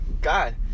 God